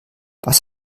was